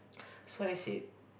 so I said